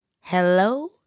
Hello